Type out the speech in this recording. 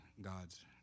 God's